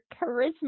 charisma